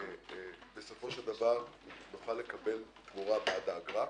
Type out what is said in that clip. בסופו של דבר נוכל לקבל תמורה בעד האגרה,